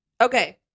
Okay